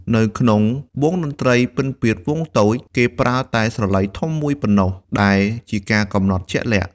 នៅក្នុងវង់តន្ត្រីពិណពាទ្យវង់តូច គេប្រើតែស្រឡៃធំមួយតែប៉ុណ្ណោះ ដែលជាការកំណត់ជាក់លាក់។